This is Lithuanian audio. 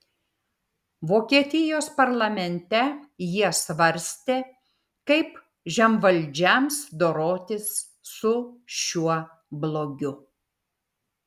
vokietijos parlamente jie svarstė kaip žemvaldžiams dorotis su šiuo blogiu